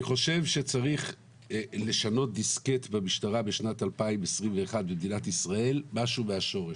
אני חושב שצריך לשנות דיסקט עם המשטרה בשנת 2021 במדינת ישראל מהשורש.